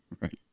Right